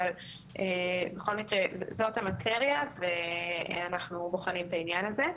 אבל בכל מקרה זאת המאטריה ואנחנו בוחנים את העניין הזה.